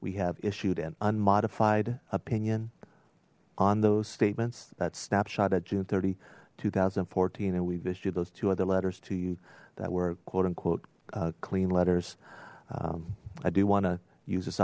we have issued an unmodified opinion on those statements that snapshot at june thirty two thousand and fourteen and we've issued those two other letters to you that were quote unquote clean letters i do want to use this